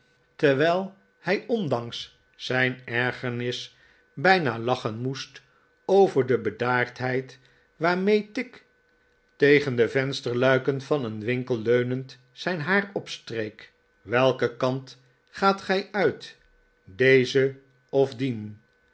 terwijl hij ondanks zijn ergernis bijna lachen moest over de bedaardheid waarmee tigg tegen de vensterluiken van een winkel leunend zijn haar opstreek welken kant gaat gij uit dezen of dien